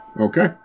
Okay